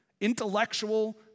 intellectual